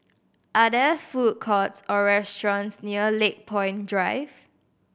are there food courts or restaurants near Lakepoint Drive